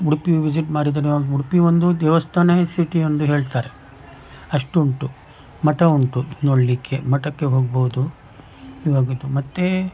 Udupi visit ಮಾಡಿದರೆ ಉಡುಪಿ ಒಂದು ದೇವಸ್ಥಾನ ಸಿಟಿ ಎಂದು ಹೇಳ್ತಾರೆ ಅಷ್ಟು ಉಂಟು ಮಠ ಉಂಟು ನೋಡಲಿಕ್ಕೆ ಮಠಕ್ಕೆ ಹೋಗ್ಬೋದು ಇವಾಗಿದ್ದು ಮತ್ತೇ